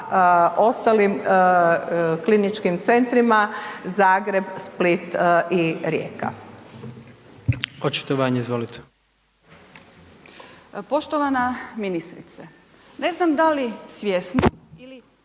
ostalim kliničkim centrima Zagreb, Split i Rijeka.